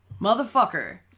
motherfucker